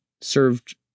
served